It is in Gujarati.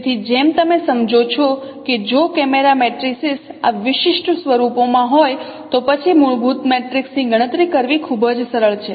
તેથી જેમ તમે સમજો છો કે જો કેમેરા મેટ્રિસીસ આ વિશિષ્ટ સ્વરૂપોમાં હોય તો પછી મૂળભૂત મેટ્રિક્સની ગણતરી કરવી ખૂબ જ સરળ છે